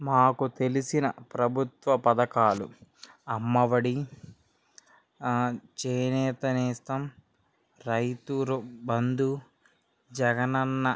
మాకు తెలిసిన ప్రభుత్వ పథకాలు అమ్మ ఒడి చేనేత నేస్తం రైతు రు బంధు జగన్ అన్న